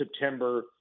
September